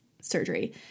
surgery